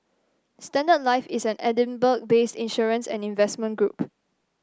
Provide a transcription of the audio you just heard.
Standard Life is an Edinburgh based insurance and investment group